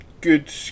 good